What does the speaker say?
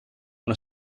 una